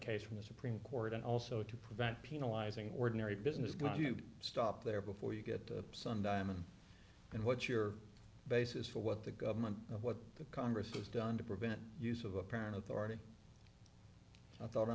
case from the supreme court and also to prevent penalizing ordinary business going to stop there before you get to sun diamond and what's your basis for what the government what the congress has done to prevent use of apparent authority i thought i